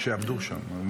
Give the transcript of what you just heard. שיעבדו שם.